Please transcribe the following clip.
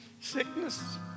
sickness